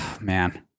man